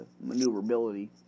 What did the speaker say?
maneuverability